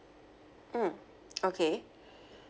mm okay